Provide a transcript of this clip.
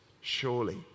Surely